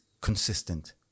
consistent